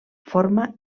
forma